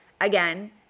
again